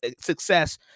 success